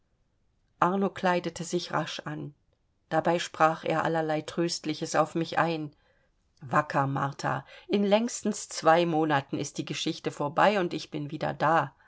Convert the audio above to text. arno kleidete sich rasch an dabei sprach er allerlei tröstliches auf mich ein wacker martha in längstens zwei monaten ist die geschichte vorbei und ich bin wieder da